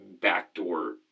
backdoor